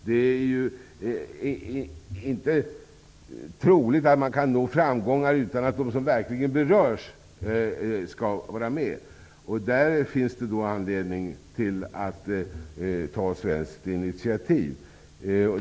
Det är inte troligt att man kan nå framgångar utan att de som verkligen berörs är med. Det finns därför anledning att ta svenskt initiativ.